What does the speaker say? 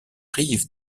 rive